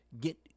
Get